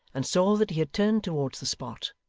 and saw that he had turned towards the spot,